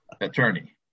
attorney